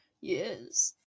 yes